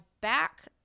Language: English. back